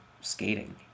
skating